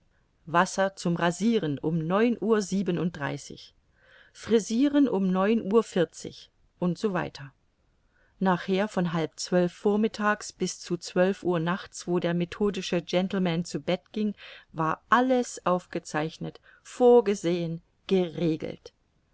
wasser zum rasiren um neun uhr siebenunddreißig frisiren um neun uhr vierzig u s w nachher von halb zwölf vormittags bis zu zwölf uhr nachts wo der methodische gentleman zu bette ging war alles aufgezeichnet vorgesehen geregelt